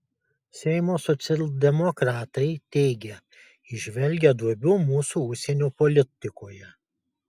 seimo socialdemokratai teigia įžvelgią duobių mūsų užsienio politikoje